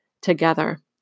together